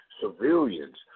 Civilians